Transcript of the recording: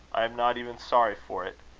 i am not even sorry for it.